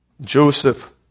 Joseph